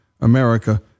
America